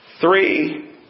Three